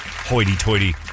Hoity-toity